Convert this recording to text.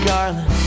Garland